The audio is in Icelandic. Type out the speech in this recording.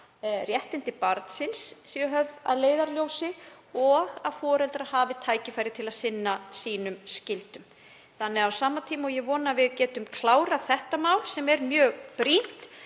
réttindi barnsins séu höfð að leiðarljósi og að foreldrar hafi tækifæri til að sinna skyldum sínum. Á sama tíma og ég vona að við getum klárað þetta mál, sem er mjög brýnt,